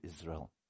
Israel